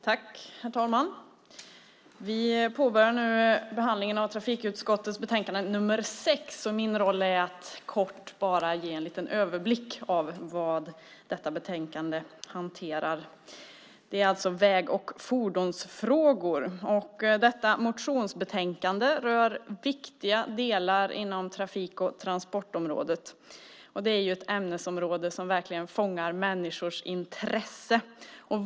Herr talman! Vi påbörjar nu behandlingen av trafikutskottets betänkande nr 6. Min roll är att kort ge en överblick av vad detta betänkande hanterar. Det gäller väg och fordonsfrågor. Detta motionsbetänkande rör viktiga delar inom trafik och transportområdet. Det är ett område som verkligen fångar människors intresse.